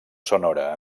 sonora